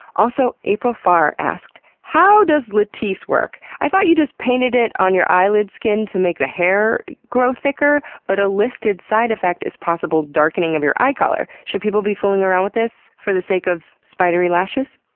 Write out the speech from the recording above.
also, april fahr asked how does latisse work? i thought you just painted it on your eyelid skin to make the hair grow thicker. but a listed side effect is possible darkening of your eye color. should people be fooling around with this, for the sake of spidery lashes?